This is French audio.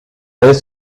est